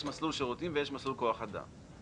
יש מסלול שירותים ויש מסלול כוח אדם.